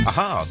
Aha